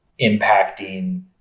impacting